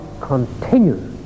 continue